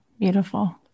Beautiful